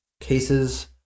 cases